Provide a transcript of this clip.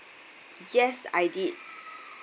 yes I did